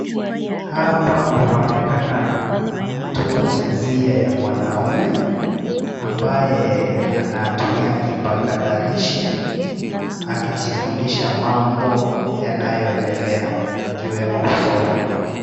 Hapa kunaonekana mtu wa jinsia ya mwanaume ambaye anatumia kipakatalishi akijifundisha mambo yanayoendelea ikiwemo kusoma.